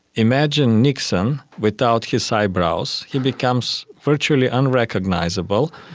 imagine nixon without his eyebrows, he becomes virtually unrecognisable,